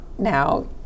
now